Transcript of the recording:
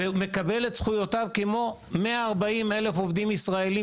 והוא מקבל את זכויותיו כמו 140,000 עובדים ישראלים